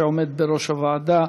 שעומד בראש הוועדה,